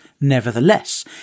nevertheless